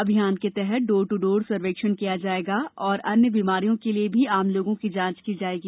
अभियान के तहत डोर टू डोर सर्वेक्षण किया जाएगा और अन्य बीमारियों के लिए भी आम लोगों की जांच की जाएगी